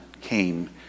came